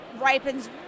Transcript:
ripens